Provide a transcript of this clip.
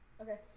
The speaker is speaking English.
Okay